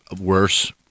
worse